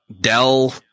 Dell